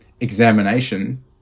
examination